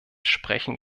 sprechen